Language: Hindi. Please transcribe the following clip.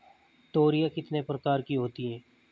तोरियां कितने प्रकार की होती हैं?